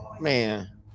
Man